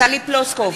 טלי פלוסקוב,